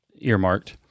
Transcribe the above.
earmarked